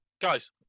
guys